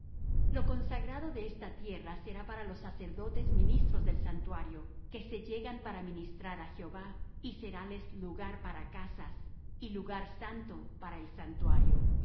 lo consagrado de esta tierra será para los sacerdotes ministros del santuario que se llegan para ministrar á jehová y seráles lugar para casas y lugar santo para el santuario